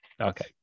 okay